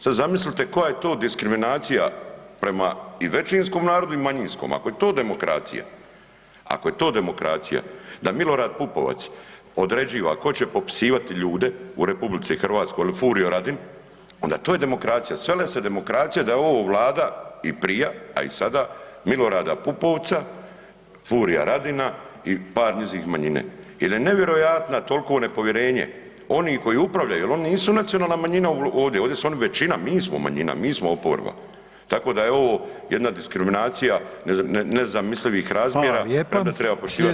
Sad zamislite koja je to diskriminacija prema i većinskom narodu i manjinskom, ako je to demokracija, ako je to demokracija da Milorad Pupovac određiva tko će popisivati ljude u RH ili Furio Radin ona to je demokracija sele se demokracije da je ovo Vlada i prija, a i sada Milorada Pupovca, Furia Radina i par njih iz manjine, jer je nevjerojatna toliko nepovjerenje onih koji upravljaju jer oni nisu nacionalna manjina ovdje, ovdje su oni većina, mi smo manjina, mi smo oporba, tako da je ovo jedna diskriminacija nezamislivih razmjera premda treba poštivati